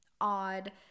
odd